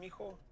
mijo